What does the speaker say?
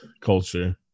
culture